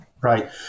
Right